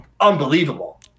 unbelievable